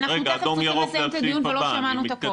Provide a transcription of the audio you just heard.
אנחנו תיכף צריכים לסיים את הדיון ולא שמענו את הכול.